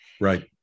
right